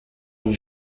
une